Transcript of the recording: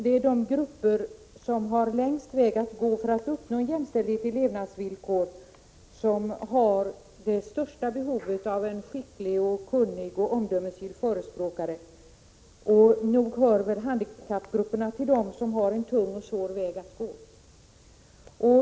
Det är de grupper som har den längsta vägen att gå för att uppnå jämställdhet i levnadsvillkor som har det största behovet av en skicklig, kunnig och omdömesgill förespråkare. Nog hör handikappgrupperna till dem som har en tung och svår väg att gå.